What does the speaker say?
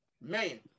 Man